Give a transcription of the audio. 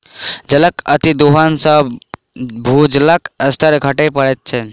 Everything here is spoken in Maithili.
जलक अतिदोहन सॅ भूजलक स्तर घटय लगैत छै